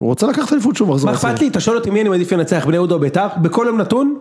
הוא רוצה לקחת אליפות שהוא מחזור לזה. מה אכפת לי? אתה שואל אותי מי אני מעדיף לנצח? בני יהודה או ביתר? בכל יום נתון?